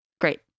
Great